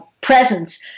presence